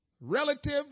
relative